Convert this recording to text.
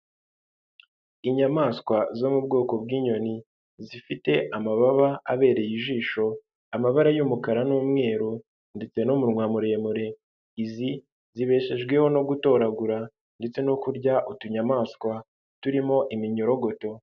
Inyamaswa zo mu bwoko bw'inyoni, zifite amababa abereye ijisho, amabara y'umukara n'umweru ndetse n'umunwa muremure, izi zibeshejweho no gutoragura ndetse no kurya utunyamaswa turimo iminyorogoto.